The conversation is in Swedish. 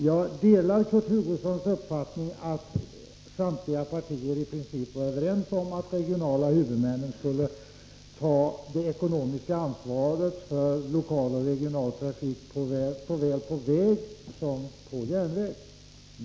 Jag delar Kurt Hugossons uppfattning att samtliga partier i princip var överens om att de regionala huvudmännen skulle ta det ekonomiska ansvaret för lokal och regional trafik, såväl på väg som på järnväg.